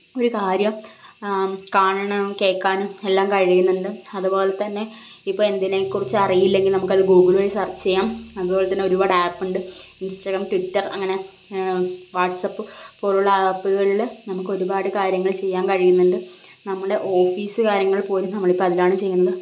ഒരു കാര്യം കാണണം കേൾക്കാനും എല്ലാം കഴിയുന്നുണ്ട് അതുപോലെത്തന്നെ ഇപ്പം എന്തിനെക്കുറിച്ച് അറിയില്ലെങ്കിൽ നമുക്കത് ഗൂഗിൾ വഴി സെർച്ച് ചെയ്യാം അതുപോലെത്തന്നെ ഒരുപാട് ആപ്പുണ്ട് ഇൻസ്റ്റാഗ്രാം ട്വിറ്റെർ അങ്ങനെ വാട്സപ്പ് പോലുള്ള ആപ്പുകളിൽ നമുക്കൊരുപാട് കാര്യങ്ങൾ ചെയ്യാൻ കഴിയിന്നുണ്ട് നമ്മുടെ ഓഫീസ് കാര്യങ്ങൾ പോലും നമ്മളിപ്പം അതിലാണ് ചെയ്യുന്നത്